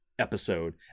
episode